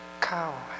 cow